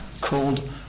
called